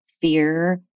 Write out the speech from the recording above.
fear